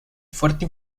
fuerte